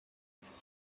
its